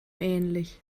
ähnlich